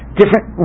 different